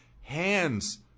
hands